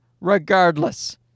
regardless